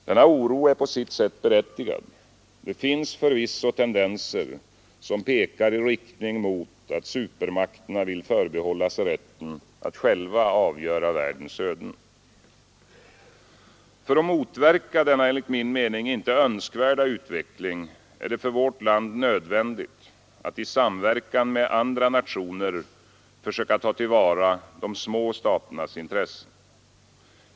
Denna oro är på sitt sätt berättigad — det finns förvisso tendenser som pekar i riktning mot att supermakterna vill förbehålla sig rätten att själva avgöra världens öden. För att motverka denna enligt min mening inte önskvärda utveckling är det för vårt land nödvändigt att i samverkan med andra nationer försöka ta till vara de små staternas intressen.